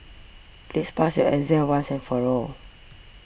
please pass your exam once and for all